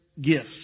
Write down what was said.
gifts